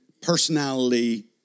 personality